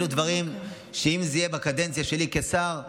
אלו דברים שאם הם יהיו בקדנציה שלי כשר,